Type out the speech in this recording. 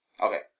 Okay